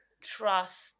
trust